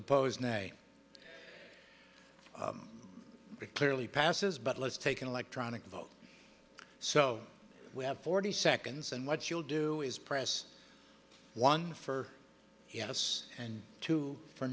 oppose nay be clearly passes but let's take an electronic vote so we have forty seconds and what you'll do is press one for yes and two for